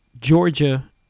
Georgia